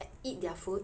eat their food